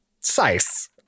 size